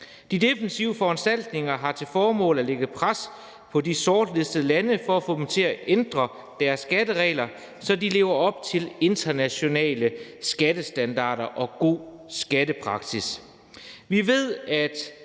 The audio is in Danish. De defensive foranstaltninger har til formål at lægge pres på de sortlistede lande for at få dem til at ændre deres skatteregler, så de lever op til internationale skattestandarder og god skattepraksis.